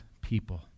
people